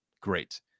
great